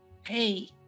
Hey